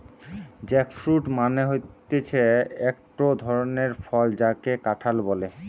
jackfruit মানে হতিছে একটো ধরণের ফল যাকে কাঁঠাল বলে